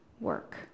work